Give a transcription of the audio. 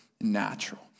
natural